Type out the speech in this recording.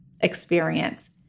experience